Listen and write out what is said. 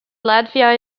latvia